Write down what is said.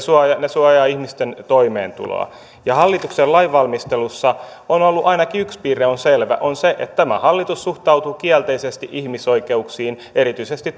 ne suojaavat ihmisten toimeentuloa hallituksen lainvalmistelussa ainakin yksi piirre on selvä se on se että tämä hallitus suhtautuu kielteisesti ihmisoikeuksiin erityisesti